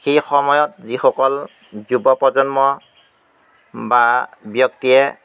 সেই সময়ত যিসকল যুৱ প্ৰজন্ম বা ব্যক্তিয়ে